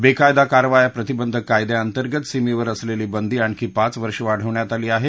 बेकायदा कारवाया प्रतिबंधक कायद्याअंतर्गत सिमीवर असलेली बंदी आणखी पाच वर्ष वाढवण्यात आली आहे